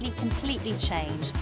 ah completely changed.